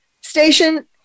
station